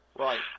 right